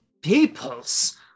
peoples